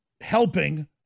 helping